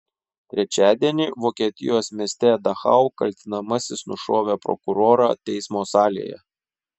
trečiadienį vokietijos mieste dachau kaltinamasis nušovė prokurorą teismo salėje